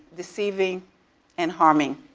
deceiving and harming?